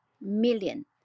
million